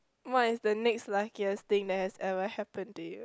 what is the next luckiest thing that has ever happen to you